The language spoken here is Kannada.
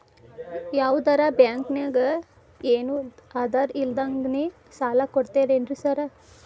ಯಾವದರಾ ಬ್ಯಾಂಕ್ ನಾಗ ಏನು ಆಧಾರ್ ಇಲ್ದಂಗನೆ ಸಾಲ ಕೊಡ್ತಾರೆನ್ರಿ ಸಾರ್?